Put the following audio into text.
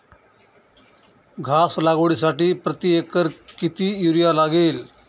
घास लागवडीसाठी प्रति एकर किती युरिया लागेल?